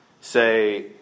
say